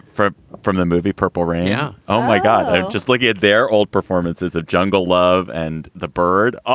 four from the movie purple rain. yeah oh, my god. just look at their old performances of jungle love and the bird. oh,